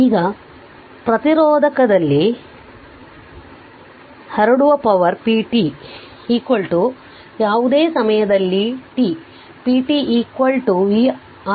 ಈಗ ಪ್ರತಿರೋಧಕದಲ್ಲಿ ಹರಡುವ ಪವರ್ p t ಯಾವುದೇ ಸಮಯದಲ್ಲಿ t p t vR t i t